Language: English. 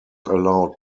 allowed